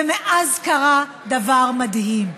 ומאז קרה דבר מדהים,